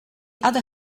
other